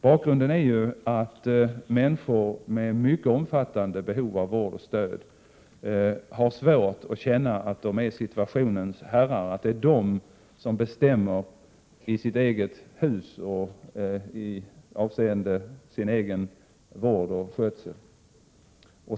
Bakgrunden är ju att människor med mycket omfattande behov av vård och stöd har svårt att känna att de är situationens herrar, att det är de som bestämmer i sitt eget hus och över sin egen vård och skötsel.